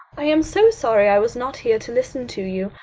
i am so sorry i was not here to listen to you,